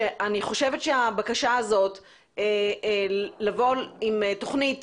שאני חושבת שהבקשה הזאת לבוא עם תוכנית